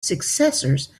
successors